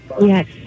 Yes